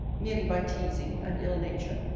merely by teasing and ill-nature?